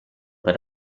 per